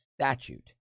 statute